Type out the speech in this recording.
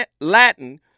Latin